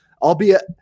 albeit